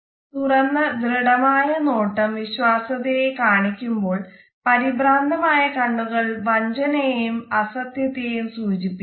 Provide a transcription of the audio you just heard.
തുറന്ന ദൃഢമായ നോട്ടം വിശ്വാസ്യതയെ കാണിക്കുമ്പോൾ പരിഭ്രാന്തമായ കണ്ണുകൾ വഞ്ചനയെയും അസത്യത്തെയും സൂചിപ്പിക്കുന്നു